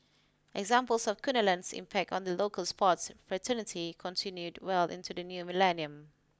examples of Kunalan's impact on the local sports fraternity continued well into the new millennium